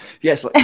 yes